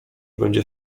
będzie